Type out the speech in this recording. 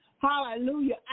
hallelujah